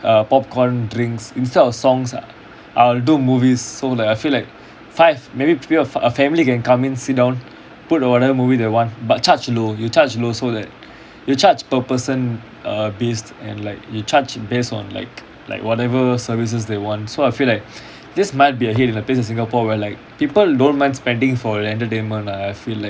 err popcorn drinks instead of songs I'll do movies so that I feel like five maybe to a pe~ of fi~ a family can come in sit down put or whatever movie they want but charge low you charge low so that you charge per person a base and like you charged based on like like whatever services they want so I feel like this might be a hit in a place in singapore where like people don't mind spending for entertainment uh I feel